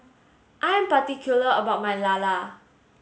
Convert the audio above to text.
I am particular about my Lala